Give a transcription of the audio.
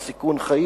תוך סיכון חיים,